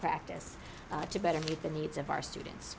practice to better meet the needs of our students